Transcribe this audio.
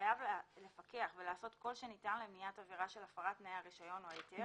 חייב לפקח ולעשות כל שניתן למניעת עבירה של הפרת תנאי הרישיון או ההיתר